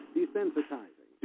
desensitizing